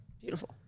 Beautiful